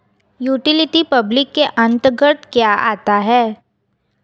Utility public के अंतर्गत क्या आता है?